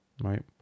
right